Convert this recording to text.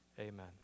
amen